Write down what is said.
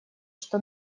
что